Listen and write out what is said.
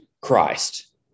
Christ